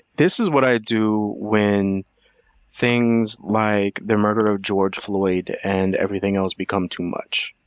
this is what i do when things like the murder of george floyd and everything else become too much.